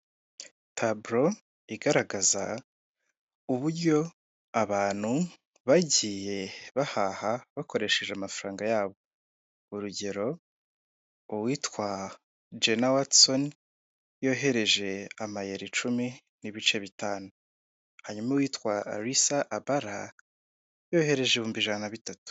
Taburo igaragaza uburyo abantu bagiye bahaha bakoresheje amafaranga yabo, urugero uwitwa Jena watisoni yohereje amayero icumi n'ibice bitanu, hanyuma uwitwa Alisa abala yohereje ibihumbi ijana bitatu.